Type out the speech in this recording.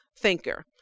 thinker